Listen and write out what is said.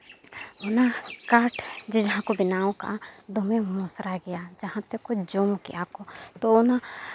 ᱚᱱᱟ ᱠᱟᱴ ᱡᱮ ᱡᱟᱦᱟᱸ ᱠᱚ ᱵᱮᱱᱟᱣ ᱠᱟᱜᱟ ᱫᱚᱢᱮ ᱢᱚᱥᱨᱟ ᱜᱮᱭᱟ ᱡᱟᱦᱟᱸ ᱛᱮᱠᱚ ᱡᱚᱢ ᱠᱮᱜᱼᱟ ᱠᱚ ᱛᱚ ᱚᱱᱟ